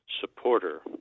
supporter